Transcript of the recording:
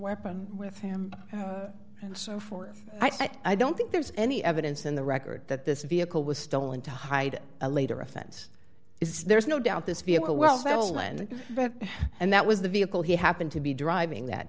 weapon with him and so forth i don't think there's any evidence in the record that this vehicle was stolen to hide a later offense is there's no doubt this vehicle will settle and and that was the vehicle he happened to be driving that